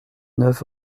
neuf